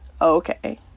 okay